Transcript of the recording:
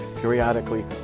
periodically